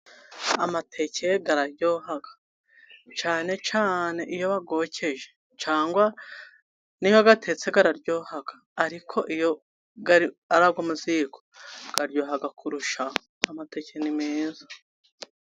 Amateke araryoha cyane cyane iyo bayokeje. Cyangwa niyo atetse araryoha, ariko iyo ari ayo mu ziko aryoha kurushaho. Amateke ni meza.